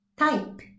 type